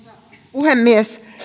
puhemies